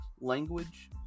language